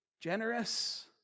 generous